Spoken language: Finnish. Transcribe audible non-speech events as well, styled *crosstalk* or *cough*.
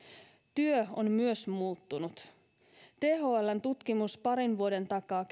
työ on myös muuttunut thln tutkimus parin vuoden takaa *unintelligible*